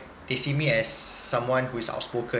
they see me as someone who is outspoken